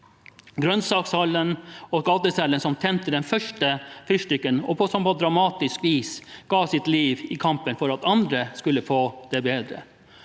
grønnsakhandleren og gateselgeren som tente den første fyrstikken, og som på dramatisk vis ga sitt liv i kampen for at andre skulle få det bedre.